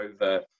over